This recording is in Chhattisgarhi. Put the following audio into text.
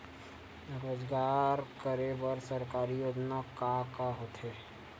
रोजगार करे बर सरकारी योजना का का होथे?